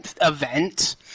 Event